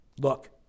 Look